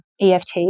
EFT